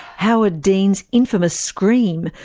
howard dean's infamous scream,